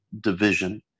division